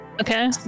Okay